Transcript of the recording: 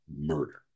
murder